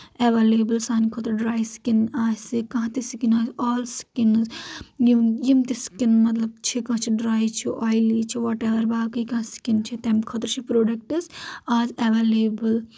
available سانہِ خٲطرٕ dry skin آسہِ کانٛہہ تہِ سِکِن آسہِ آل سِکنز یِم تہِ سِکن مطلب چھِ کٲنٛسہِ چھُ ڈرے چھُ اویلی چھُ وٹ ایٚور باقٕے کانٛہہ سِکِن چھِ تمہِ خٲطرٕ چھِ پروڈکٹس آز ایویلیبٕل